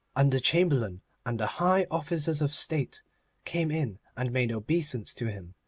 and the chamberlain and the high officers of state came in and made obeisance to him,